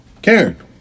Karen